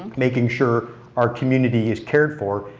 making sure our community is cared for.